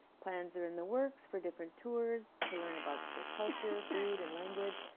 plans are in the works for different tours to learn about their culture, food, and language.